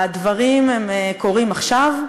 הדברים קורים עכשיו.